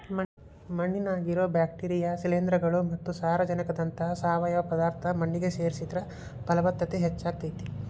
ಮಣ್ಣಿನ್ಯಾಗಿರೋ bacteria, ಶಿಲೇಂಧ್ರಗಳು ಮತ್ತ ಸಾರಜನಕದಂತಹ ಸಾವಯವ ಪದಾರ್ಥ ಮಣ್ಣಿಗೆ ಸೇರಿಸಿದ್ರ ಪಲವತ್ತತೆ ಹೆಚ್ಚಾಗ್ತೇತಿ